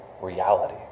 reality